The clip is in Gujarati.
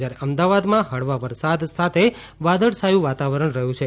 જ્યારે અમદાવાદમાં હળવા વરસાદ સાથે વાદળછાયું વાતાવરણ રહ્યું છે